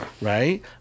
right